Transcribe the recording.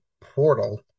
Portal